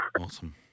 awesome